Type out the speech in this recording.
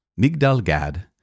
Migdal-Gad